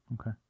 Okay